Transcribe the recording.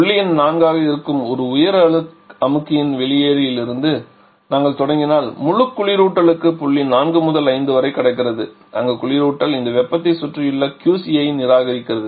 புள்ளி எண் 4 ஆக இருக்கும் உயர் அமுக்கியின் வெளியேறிலிருந்து நாங்கள் தொடங்கினால் முழு குளிரூட்டலுக்குள் புள்ளி 4 முதல் புள்ளி 5 வரை கடக்கிறது அங்கு குளிரூட்டல் இந்த வெப்பத்தை சுற்றியுள்ள உ QC ஐ நிராகரிக்கிறது